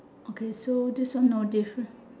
okay so this one no diff